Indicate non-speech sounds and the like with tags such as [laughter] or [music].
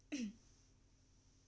[coughs]